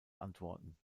antworten